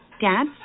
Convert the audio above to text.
Dad